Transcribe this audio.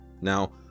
now